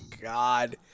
God